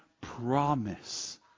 promise